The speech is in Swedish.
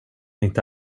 inte